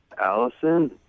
Allison